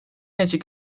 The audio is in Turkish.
açık